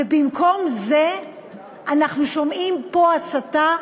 ובמקום זה אנחנו שומעים פה הסתה,